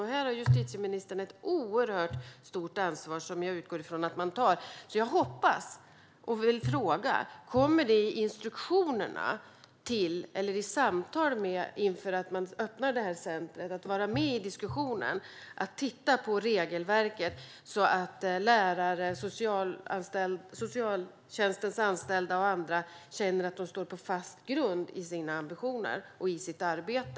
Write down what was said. Här har justitieministern ett oerhört stort ansvar som jag utgår från att han tar, och jag vill fråga: Kommer det i instruktionerna eller i samtal inför att man öppnar det här centret att finnas en diskussion om regelverket så att lärare, socialtjänstens anställda och andra känner att de står på fast grund i sina ambitioner och i sitt arbete?